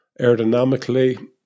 Aerodynamically